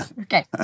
Okay